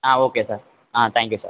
ஆ okay sir ஆ thank you sir